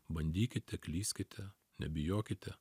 bandykite klyskite nebijokite